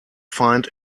find